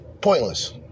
Pointless